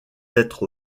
être